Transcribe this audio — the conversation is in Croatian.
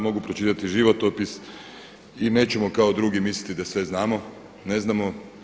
Mogu pročitati životopis i nećemo kao drugi misliti da sve znamo, ne znamo.